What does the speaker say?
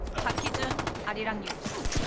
park hee-jun, arirang news.